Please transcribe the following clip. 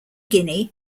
guinea